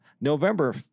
November